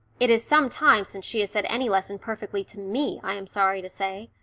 it is some time since she has said any lesson perfectly to me, i am sorry to say,